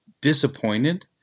disappointed